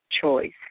choice